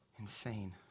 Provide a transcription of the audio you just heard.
Insane